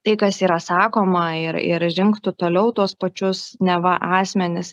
tai kas yra sakoma ir ir žengtų toliau tuos pačius neva asmenis